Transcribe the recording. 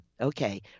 Okay